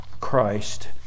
Christ